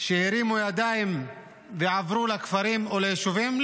שהם הרימו ידיים ועברו לכפרים או ליישובים?